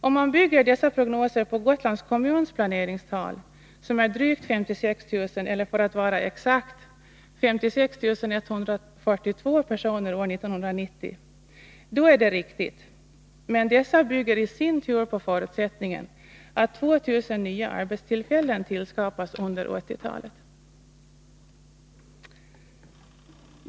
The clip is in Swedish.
Om man bygger dessa prognoser på Gotlands kommuns planeringstal, som är drygt 56 000 — eller för att vara exakt 56 142 personer — år 1990, är det riktigt. Men detta bygger i sin tur på förutsättningen att 2000 nya arbetstillfällen tillskapas under 1980-talet.